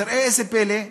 אז ראה איזה פלא,